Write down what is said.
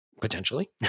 potentially